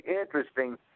interesting